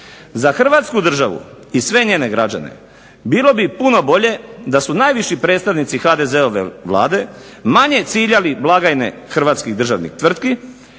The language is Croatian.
Za hrvatsku državu i sve njene građane bilo bi puno bolje da su najviši predstavnici HDZ-ove Vlade manje ciljali blagajne hrvatskih državnih tvrtki,